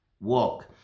walk